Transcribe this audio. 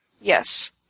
Yes